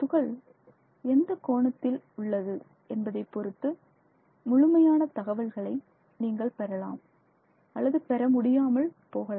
துகள் எந்தக் கோணத்தில் உள்ளது என்பதைப் பொறுத்து முழுமையான தகவல்களை நீங்கள் பெறலாம் அல்லது பெற முடியாமல் போகலாம்